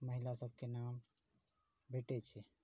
महिला सबके नाम भेटै छै